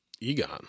Egon